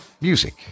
music